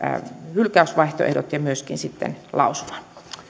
hylkäysvaihtoehdot ja myöskin sitten lausuman